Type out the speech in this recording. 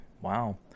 wow